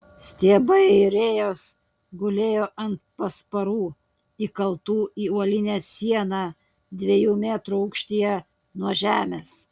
stiebai ir rėjos gulėjo ant pasparų įkaltų į uolinę sieną dviejų metrų aukštyje nuo žemės